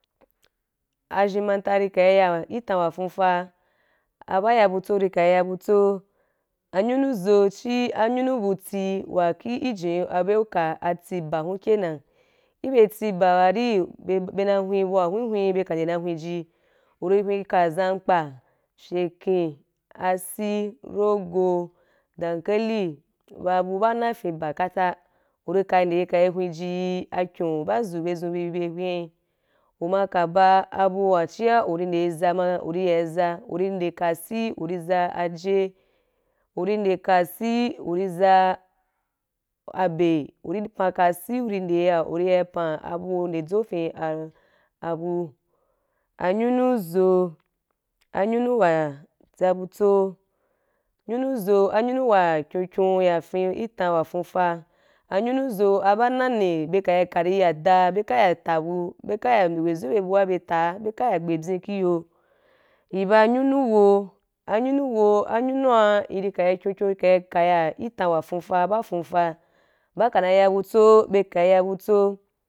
Azhen nunta i ka ya i tam wa fuufa aba i ya butso i ka i ya butso anyunu zo chí anyunu buti wa ki jen bu bye uka atii baa hun ke nan i bye tii baa wa ri bye be na hwen bu wa hwen hwen bye ka na hwen ji uri hwen ka zamkpa, fyeken asii, rogo, dankeli ba bu ba na fyen baa ka ta u ri ka nde hwenji yii a kyou ba zu bye zun be i hwen u ma ka ɓa abu wa chía u nde i zaa ma u ri ya i zaa u i nde ka abii u rí zaa aje u i nde asii u ri zaa-sh abe u ri panka sii u ri nde ya u ri ya pam abu nde dzo fyin ah abu anyunu zo anyunu wa tsabu tso nyunu zo anyunu wa kín kyen ya fyen i tam wa fuufa anyunu zo a ba nuni be kai ka ri ya da bye ka i ta bu be ka ya hwe zo i bye abu wa be taa bye ka i gbe pyii ki yo i ba nyunu wo anyunu wo anyunua i rí ka í kyon kyon i ka i kaya i tem wa fuufa ba fuufa ba ka na ya butso bye kai ya butso.